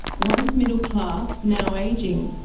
once middle class, now ageing,